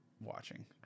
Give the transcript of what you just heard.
watching